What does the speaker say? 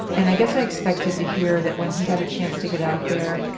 and i guess i expected to hear that when he got a chance to get out there,